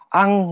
ang